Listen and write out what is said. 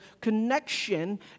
connection